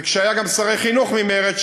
וכשהיו גם שרי חינוך ממרצ,